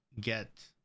get